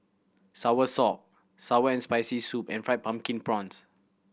soursop sour and Spicy Soup and Fried Pumpkin Prawns